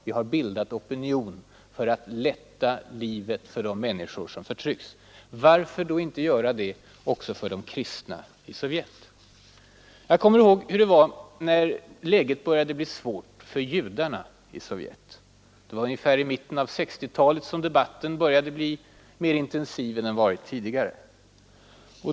Vi har bildat opinion för att förbättra livet för de människor som förtrycks. Varför då inte göra det också för de kristna i Sovjet? Jag kommer ihåg hur det var när läget började bli svårt för judarna i Sovjet. Det var ungefär i mitten av 1960-talet som debatten började bli mer intensiv än den varit tidigare.